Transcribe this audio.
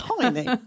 Tiny